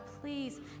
please